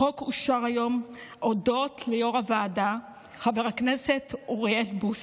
החוק אושר היום הודות ליו"ר הוועדה חבר הכנסת אוריאל בוסו.